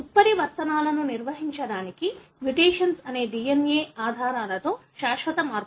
ఉత్పరివర్తనాలను నిర్వచించడానికి మ్యుటేషన్ అనేది DNA ఆధారాలలో శాశ్వత మార్పు